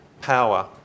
power